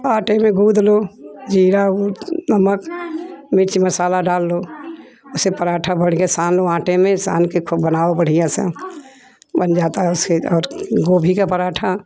आटे में गूंद लो ज़ीरा नमक उट नमक मिर्च मसाला डाल लो उसे पराठा बढ़िया सानों आटे में सान के ख़ूब बनाओ बढ़िया से बन जाता है उसे और गोभी का पराठा